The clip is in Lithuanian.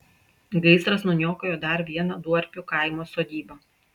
gaisras nuniokojo dar vieną duorpių kaimo sodybą